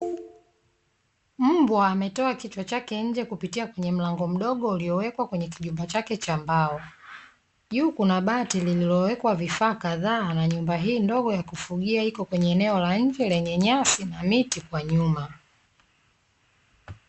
Mbwa ametoa kichwa chake nje kupitia kwenye mlango mdogo uliowekwa kwenye kibanda chake cha mbao. Juu kuna bati lililowekwa vifaa kadhaa na nyumba hii ndogo ya kufugia iko kwenye eneo la nje lenye nyasi na miti kwa nyuma.